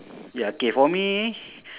ya K for me